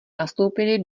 nastoupili